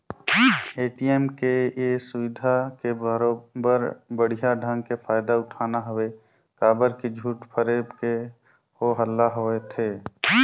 ATM के ये सुबिधा के बरोबर बड़िहा ढंग के फायदा उठाना हवे काबर की झूठ फरेब के हो हल्ला होवथे